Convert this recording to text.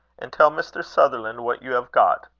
and tell mr. sutherland what you have got.